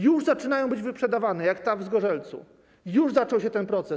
Już zaczynają być wyprzedawane, jak ta w Zgorzelcu, już zaczął się ten proces.